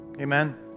amen